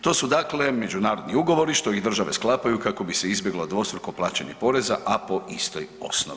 To su dakle međunarodni ugovori što ih države sklapaju kako bi se izbjeglo dvostruko plaćanje poreza a po istoj osnovi.